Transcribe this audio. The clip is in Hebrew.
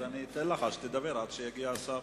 אז אני אתן לך לדבר עד שיגיע השר.